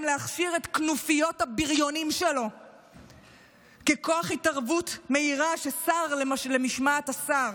להכשיר את כנופיות הבריונים שלו ככוח התערבות מהירה שסר למשמעת השר.